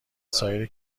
سایر